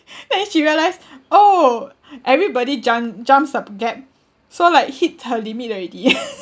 then she realise oh everybody jump jump some gap so like hit her limit already